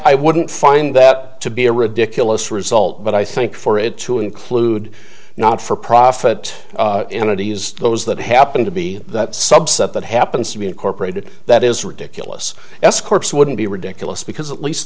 i wouldn't find that to be a ridiculous result but i think for it to include not for profit entities those that happen to be that subset that happens to be incorporated that is ridiculous escorts wouldn't be ridiculous because at least